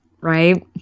Right